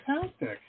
fantastic